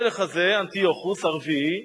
המלך הזה, אנטיוכוס הרביעי,